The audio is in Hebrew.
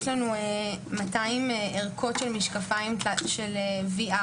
יש לנו 200 ערכות של משקפיי VR,